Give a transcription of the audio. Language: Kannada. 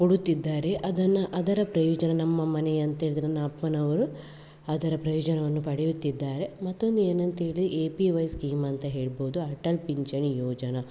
ಕೊಡುತ್ತಿದ್ದಾರೆ ಅದನ್ನು ಅದರ ಪ್ರಯೋಜನ ನಮ್ಮ ಮನೆ ಅಂತೇಳಿದರೆ ನನ್ನ ಅಪ್ಪನವರು ಅದರ ಪ್ರಯೋಜನವನ್ನು ಪಡೆಯುತ್ತಿದ್ದಾರೆ ಮತ್ತೊಂದು ಏನಂತ ಹೇಳಿ ಎ ಪಿ ವೈ ಸ್ಕೀಮ್ ಅಂತ ಹೇಳ್ಬೋದು ಅಟಲ್ ಪಿಂಚಣಿ ಯೋಜನಾ